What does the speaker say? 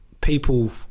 people